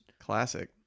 Classic